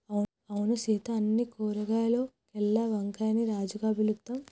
అవును సీత అన్ని కూరగాయాల్లోకెల్లా వంకాయని రాజుగా పిలుత్తాం